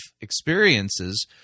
experiences